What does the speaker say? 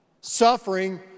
Suffering